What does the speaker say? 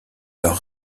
leur